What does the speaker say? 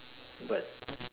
but